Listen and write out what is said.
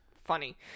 Funny